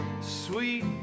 Sweet